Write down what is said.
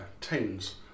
tens